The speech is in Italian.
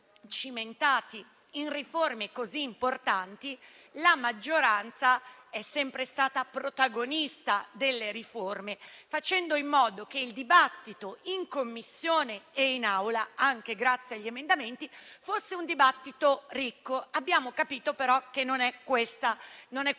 in riforme così importanti, la maggioranza è sempre stata protagonista delle riforme, facendo in modo che il dibattito in Commissione e in Aula, anche grazie agli emendamenti, fosse ricco. Abbiamo capito, però, che non è questo